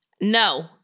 No